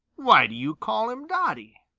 why do you call him dotty?